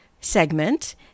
segment